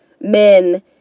men